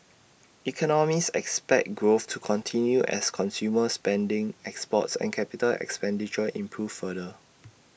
economists expect growth to continue as consumer spending exports and capital expenditure improve further